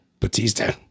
Batista